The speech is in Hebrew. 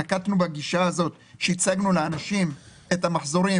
נקטנו בגישה הזאת והצגנו לאנשים את המחזורים